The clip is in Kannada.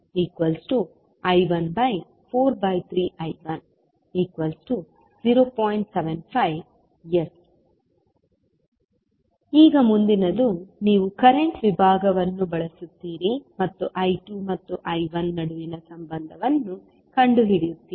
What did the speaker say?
75S ಈಗ ಮುಂದಿನದು ನೀವು ಕರೆಂಟ್ ವಿಭಾಗವನ್ನು ಬಳಸುತ್ತೀರಿ ಮತ್ತು I2 ಮತ್ತು I1ನಡುವಿನ ಸಂಬಂಧವನ್ನು ಕಂಡುಹಿಡಿಯುತ್ತೀರಿ